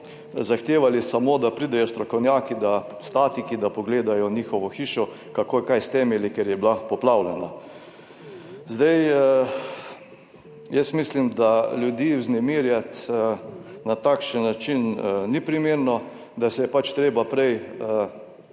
zahtevali samo, da pridejo strokovnjaki, statiki, da pogledajo njihovo hišo, kako je kaj s temelji, ker je bila poplavljena. Jaz mislim, da ljudi vznemirjati na takšen način ni primerno, da se je treba prej